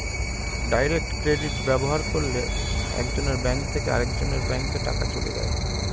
direct credit ব্যবহার করলে একজনের ব্যাঙ্ক থেকে আরেকজনের ব্যাঙ্কে টাকা চলে যায়